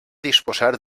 disposar